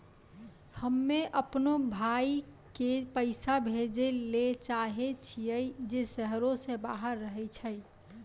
हम्मे अपनो भाय के पैसा भेजै ले चाहै छियै जे शहरो से बाहर रहै छै